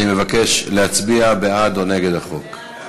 אני מבקש להצביע בעד או נגד הצעת החוק.